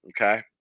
okay